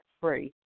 free